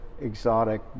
exotic